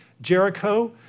Jericho